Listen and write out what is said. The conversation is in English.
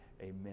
Amen